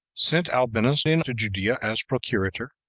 sent albinus into judea, as procurator.